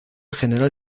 general